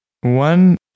One